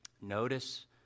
Notice